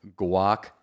Guac